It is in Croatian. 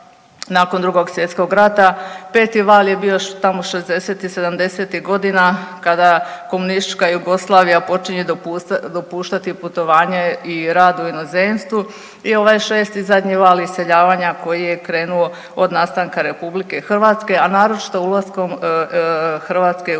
nakon Drugog svjetskog rata, peti val je bio tamo '60., '70. godina kada komunistička Jugoslavija počinje dopuštati putovanje i rad u inozemstvu i ovaj šesti, zadnji val iseljavanja koji je krenuo od nastanka RH, a naročito ulaskom Hrvatske u EU.